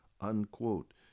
Unquote